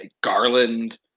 Garland